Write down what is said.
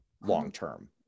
long-term